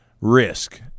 risk